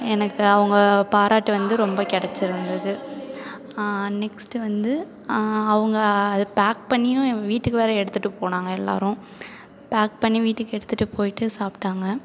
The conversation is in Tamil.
எனக்கு அவுங்க பாராட்டு வந்து ரொம்ப கிடச்சிருந்தது நெக்ஸ்ட்டு வந்து அவங்க அதை பேக் பண்ணியும் வீட்டுக்கு வேற எடுத்துட்டு போனாங்க எல்லோரும் பேக் பண்ணி வீட்டுக்கு எடுத்துட்டு போயிட்டு சாப்பிட்டாங்க